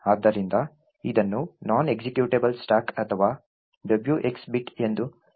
ಆದ್ದರಿಂದ ಇದನ್ನು non executable stack ಅಥವಾ WX ಬಿಟ್ ಎಂದು ಕರೆಯಲಾಗುತ್ತದೆ